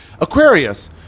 Aquarius